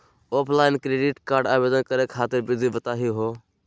Offline credit card आवेदन करे खातिर विधि बताही हो?